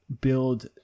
build